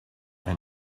and